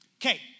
Okay